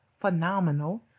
phenomenal